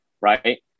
Right